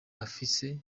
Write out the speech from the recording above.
afise